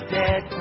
dead